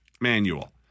Manual